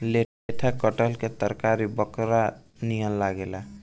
लेढ़ा कटहल के तरकारी बकरा नियन लागेला